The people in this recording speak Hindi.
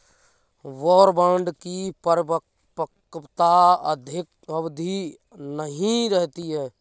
वॉर बांड की परिपक्वता अवधि नहीं रहती है